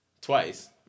twice